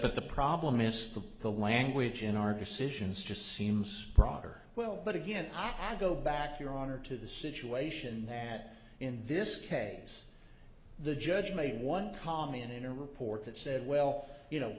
but the problem is that the language in our decisions just seems proper well but again i go back your honor to the situation that in this case the judge made one comment in a report that said well you know